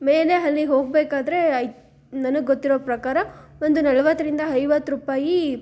ಮೇಲೆ ಅಲ್ಲಿಗ್ ಹೋಗಬೇಕಾದ್ರೇ ಐ ನನಗೆ ಗೊತ್ತಿರೊ ಪ್ರಕಾರ ಒಂದು ನಲವತ್ತರಿಂದ ಐವತ್ತು ರೂಪಾಯಿ